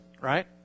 right